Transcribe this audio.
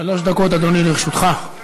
שלוש דקות, אדוני, לרשותך.